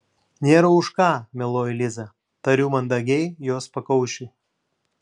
nėra už ką mieloji liza tariu mandagiai jos pakaušiui